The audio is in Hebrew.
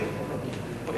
לפעמים הם